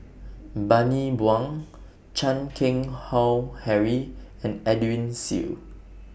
Bani Buang Chan Keng Howe Harry and Edwin Siew